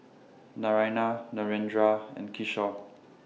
Naraina Narendra and Kishore